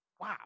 Wow